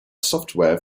software